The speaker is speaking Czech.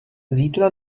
zítra